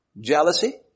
jealousy